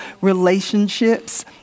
relationships